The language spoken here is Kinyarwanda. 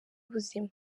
ubuzima